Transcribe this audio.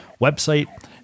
website